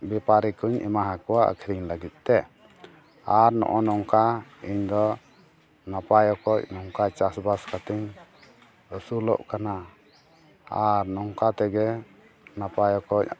ᱵᱮᱯᱟᱨᱤᱠᱚᱧ ᱮᱢᱟᱠᱚᱣᱟ ᱟᱹᱠᱷᱟᱨᱤᱧ ᱞᱟᱹᱜᱤᱫᱛᱮ ᱟᱨ ᱱᱚᱜᱼᱚ ᱱᱚᱝᱠᱟ ᱤᱧᱫᱚ ᱱᱟᱯᱟᱭ ᱚᱠᱚᱡ ᱱᱚᱝᱠᱟ ᱪᱟᱥᱵᱟᱥ ᱠᱟᱛᱮᱧ ᱟᱹᱥᱩᱞᱚᱜ ᱠᱟᱱᱟ ᱟᱨ ᱱᱚᱝᱠᱟ ᱛᱮᱜᱮ ᱱᱟᱯᱟᱭ ᱚᱠᱚᱡ